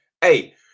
hey